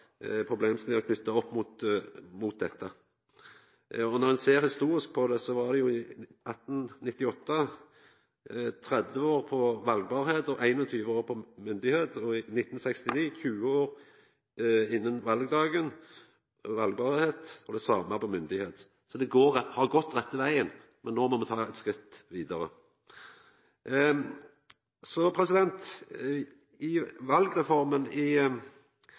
opp mot dette. Når ein ser historisk på det, var valbarheitsalderen i 1898 30 år og myndigheitsalderen 21 år. I 1969 var valbarheitsalderen 20 år innan valdagen og myndigheitsalderen den same. Så det har gått rette vegen, men no må me ta eit skritt vidare. Valreforma i Austerrike er eit eksempel på korleis det er mogleg å skilja mellom aldersgrensene for stemmerett og valbarheit. I